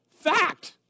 fact